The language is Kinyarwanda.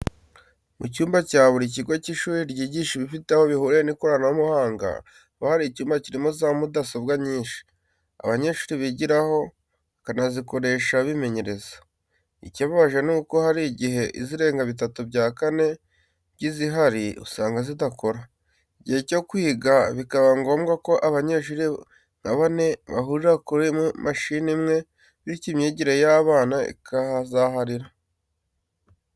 Mu cyumba cya buri kigo cy'ishuri ryigisha ibifite aho bihuriye n'ikoranabuhanga, haba icyumba kirimo za mudasobwa nyinshi abanyeshuri bigiraho, bakanazikoresha bimenyereza. Ikibabaje ni uko hari igihe izirenga bitatu bya kane by'izihari usanga zidakora, igihe cyo kwiga bikaba ngombwa ko abanyeshuri nka bane bahurira ku mashini imwe, bityo imyigire y'abana ikahazaharira.